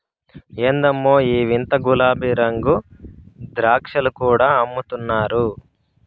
ఎందమ్మో ఈ వింత గులాబీరంగు ద్రాక్షలు కూడా అమ్ముతున్నారు